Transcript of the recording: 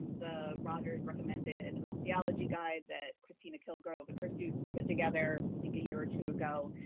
the rogers-recommended osteology guide that christina kilgrove and her students put together, i think a year or two ago.